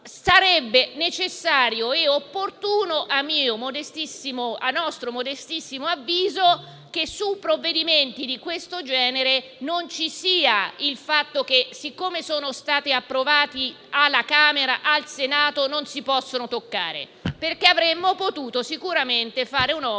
sarebbe necessario e opportuno, a nostro modestissimo avviso, che su provvedimenti di questo genere non si segua la prassi per cui, siccome sono stati approvati alla Camera, al Senato non si possono toccare. Avremmo sicuramente, infatti,